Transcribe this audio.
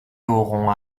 auront